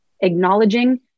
acknowledging